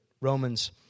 Romans